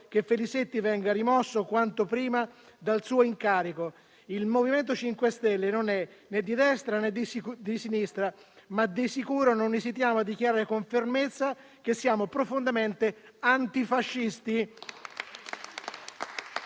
che Filisetti venga rimosso quanto prima dal suo incarico. Il MoVimento 5 Stelle non è né di destra né di sinistra, ma di sicuro non esitiamo a dichiarare con fermezza che siamo profondamente antifascisti.